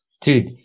Dude